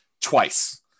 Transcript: twice